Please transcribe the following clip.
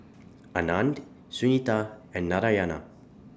Anand Sunita and Narayana